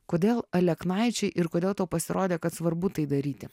kodėl aleknaičiai ir kodėl tau pasirodė kad svarbu tai daryti